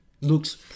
looks